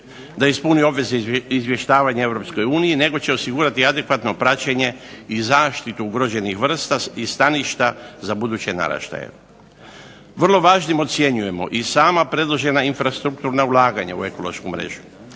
da ispuni obveze izvještavanja Europskoj uniji, nego će osigurati adekvatno praćenje i zaštitu ugroženih vrsta i staništa za buduće naraštaje. Vrlo važnim ocjenjujem i sama predložena infrastrukturna ulaganja u ekološku mrežu,